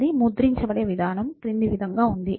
అది ముద్రించబడే విధానం క్రింది విధంగా ఉంది